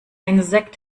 insekt